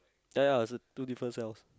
ya ya it was a two different cells